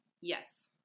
Yes